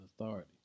authority